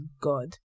God